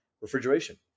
refrigeration